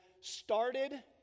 started